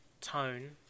tone